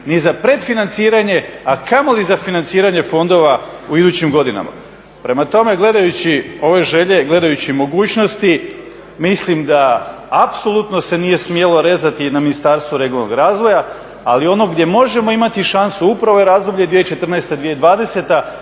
ni za predfinanciranje, a kamoli za financiranje fondova u idućim godinama. Prema tome, gledajući ove želje, gledajući mogućnosti, mislim da apsolutno se nije smjelo rezati Ministarstvo regionalnog razvoja, ali ono gdje možemo imati šansu upravo je razdoblje 2014. – 2020.,